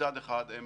מצד אחד הם